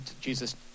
Jesus